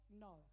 no